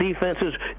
defenses